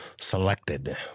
Selected